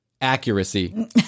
accuracy